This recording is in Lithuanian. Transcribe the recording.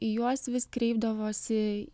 į juos vis kreipdavosi